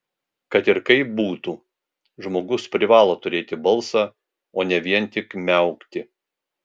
kad ir kaip būtų žmogus privalo turėti balsą o ne vien tik miaukti